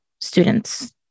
students